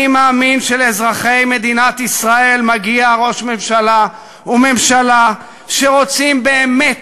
אני מאמין שלאזרחי מדינת ישראל מגיע ראש ממשלה וממשלה שרוצים באמת